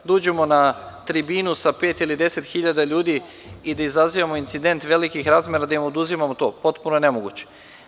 Da uđemo na tribinu sa pet ili 10 hiljada ljudi i da izazivamo incident velikih razmera, da im oduzimamo to, potpuno je nemoguće.